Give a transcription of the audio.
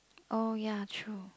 oh ya true